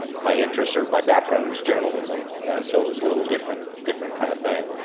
my interests or my background was journalism. and so, it was a little different different kind of thing.